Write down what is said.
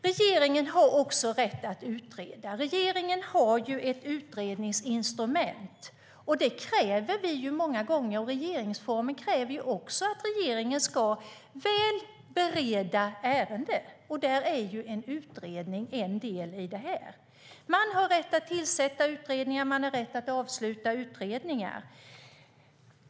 Regeringen har rätt att utreda - den har ett utredningsinstrument. Vi kräver många gånger och regeringsformen kräver också att regeringen ska bereda ärenden väl. En del i detta är en utredning. Man har rätt att tillsätta utredningar, och man har rätt att avsluta dem.